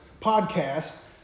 podcast